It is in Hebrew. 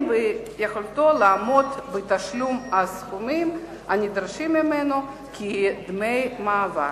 ביכולתו לעמוד בתשלום הסכומים הנדרשים ממנו כדמי מעבר.